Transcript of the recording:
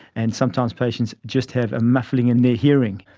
and sometimes patients just have a muffling in their hearing.